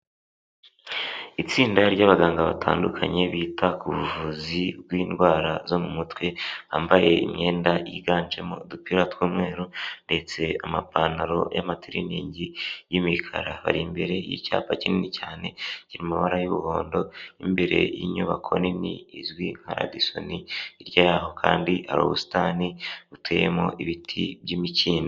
Itsinda ry'abaganga batandukanye bita ku buvuzi bw'indwara zo mu mutwe, bambaye imyenda yiganjemo udupira tw'umweru ndetse amapantaro ya matiriningi y'imikara, bari imbere y'icyapa kinini cyane cy'amabara y'umuhondo, imbere y'inyubako nini izwi nka Ladison, hirya yaho kandi hari ubusitani buteyemo ibiti by'imikindo.